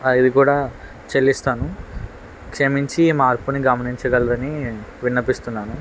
అది కూడా చెల్లిస్తాను క్షమించి ఈ మార్పుని గమనించగలరని విన్నపిస్తున్నాను